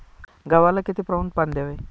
गव्हाला किती प्रमाणात पाणी द्यावे?